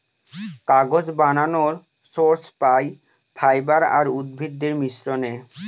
কাগজ বানানর সোর্স পাই ফাইবার আর উদ্ভিদের মিশ্রনে